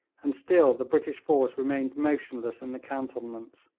and still the british force remained motionless in the cantonments.